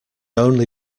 only